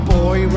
boy